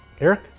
Eric